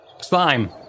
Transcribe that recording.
slime